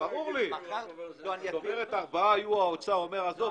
האם הפקידים אומרים: עזוב,